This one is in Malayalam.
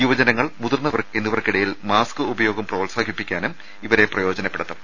യുവജനങ്ങൾ മുതിർന്നവർ എന്നിവർക്കിടയിൽ മാസ്ക് ഉപയോഗം പ്രോത്സാഹിപ്പിക്കാനും ഇവരെ പ്രയോജനപ്പെടുത്തും